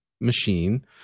machine